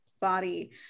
body